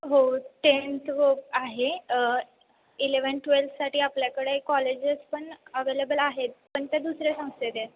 हो टेन्थ व आहे इलेव ट्वेल्थसाठी आपल्याकडे कॉलेजेस पण अवेलेबल आहेत पण ते दुसऱ्या संस्थेचे आहेत